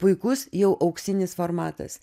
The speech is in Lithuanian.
puikus jau auksinis formatas